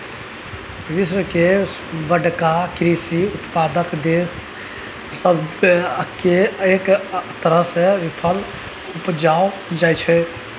विश्व के बड़का कृषि उत्पादक देस सब मे अनेक तरह केर फसल केँ उपजाएल जाइ छै